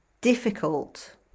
difficult